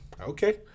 Okay